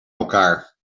elkaar